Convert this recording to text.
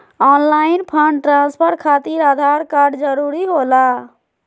Online fund transfer खातिर Aadhaar card जरूरी होला?